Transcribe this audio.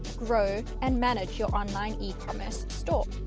grow and manage your online ecommerce store.